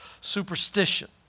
superstition